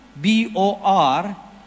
B-O-R